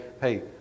hey